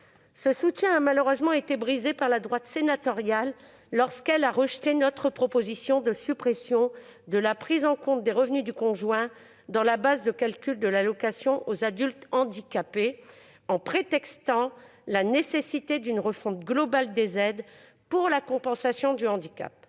Ce soutien a malheureusement été brisé par la droite sénatoriale lorsqu'elle a rejeté notre proposition de suppression de la prise en compte des revenus du conjoint dans la base de calcul de l'allocation aux adultes handicapés, en prétextant la nécessité d'une refonte globale des aides pour la compensation du handicap.